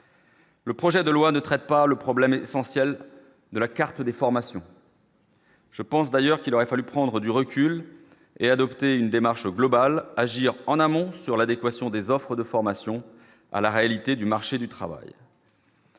Le projet de loi ne traite pas le problème essentiel de la carte des formations. Je pense d'ailleurs qu'il aurait fallu prendre du recul et adopter une démarche globale, agir en amont sur l'adéquation des offres de formation à la réalité du marché du travail.